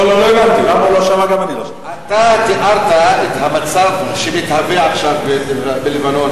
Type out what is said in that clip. אתה תיארת את המצב שמתהווה עכשיו בלבנון,